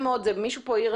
מישהו פה העיר,